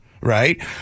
right